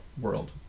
world